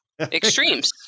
extremes